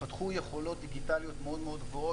התפתחו יכולות דיגיטליות מאוד מאוד גבוהות